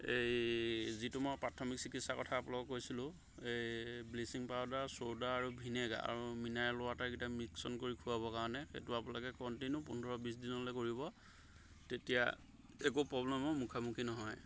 এই যিটো মই প্ৰাথমিক চিকিৎচাৰ কথা আপোনালোকক কৈছিলো এই ব্লিচিং পাউডাৰ চ'ডা আৰু ভিনেগাৰ আৰু মিনাৰেল ৱাটাৰ এইকেইটা মিশ্ৰণ কৰি খোৱাবৰ কাৰণে সেইটো আপোনালোকে কণ্টিনিউ পোন্ধৰ বিছদিনলৈ কৰিব তেতিয়া একো প্ৰব্লেমৰ মুখামুখি নহয়